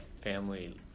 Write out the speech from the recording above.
family